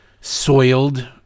soiled